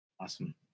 Awesome